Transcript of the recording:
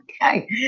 Okay